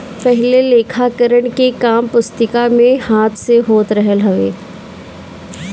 पहिले लेखाकरण के काम पुस्तिका में हाथ से होत रहल हवे